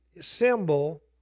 symbol